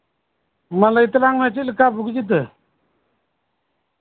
ᱢᱟ ᱞᱟᱹᱭ ᱛᱟᱞᱟᱝ ᱢᱮ ᱪᱮᱫ ᱞᱮᱠᱟ ᱵᱩᱜᱤ ᱡᱩᱫᱟᱹ